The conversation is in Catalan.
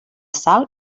sal